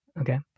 okay